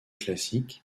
classique